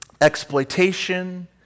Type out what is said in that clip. exploitation